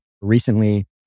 recently